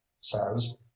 says